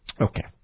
Okay